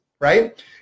right